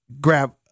grab